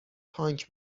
تانک